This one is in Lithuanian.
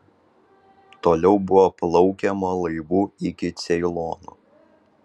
toliau buvo plaukiama laivu iki ceilono